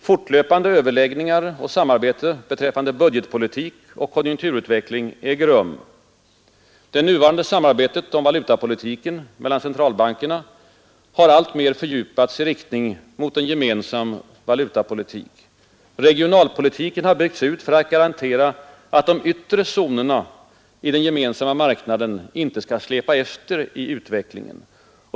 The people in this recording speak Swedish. Fortlöpande överläggningar och samarbete beträffande budgetpolitik och konjunkturutveckling äger rum. Det nuvarande samarbetet om valutapolitiken mellan centralbankerna har alltmer fördjupats i riktning mot en gemensam valutapolitik. Regionalpolitiken har byggts ut för att garantera att de yttre zonerna i den gemensamma marknaden icke skall släpa efter i utvecklingen.